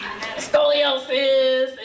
scoliosis